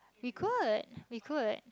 we could we could